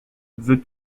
veux